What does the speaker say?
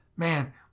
Man